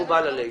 מקובל עלינו.